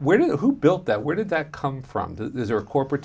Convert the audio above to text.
where do you who built that where did that come from the corporate